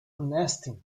nesting